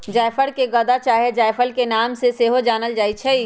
जाफर के गदा चाहे जायफल के नाम से सेहो जानल जाइ छइ